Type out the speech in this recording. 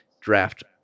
draft